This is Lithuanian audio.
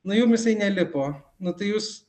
na jum jisai nelipo na tai jūs